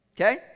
okay